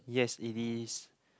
yes it is